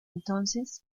entonces